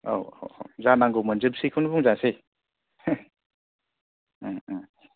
औ औ जानांगौ मोनजोबसैखौनो बुंजासै